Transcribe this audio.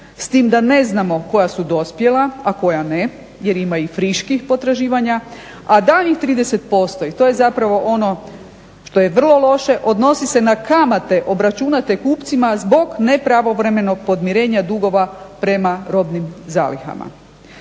s tim da ne znamo koja su dospjela, a koja ne jer ima i friških potraživanja, a daljnjih 30% i to je ono što je vrlo loše odnosi se na kamate obračunate kupcima zbog nepravovremenog podmirenja dugova prema robnim zalihama.